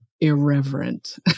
irreverent